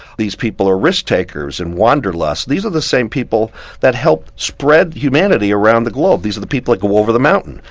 these people are risk takers and wanderlust. these are the same people that help spread humanity around the globe, these are the people that go over the mountain,